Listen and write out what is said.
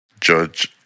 judge